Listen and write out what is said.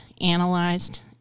analyzed